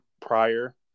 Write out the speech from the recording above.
prior